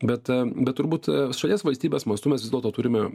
bet bet turbūt šalies valstybės mastu mes vis dėlto turime